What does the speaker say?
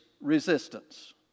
resistance